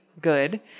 good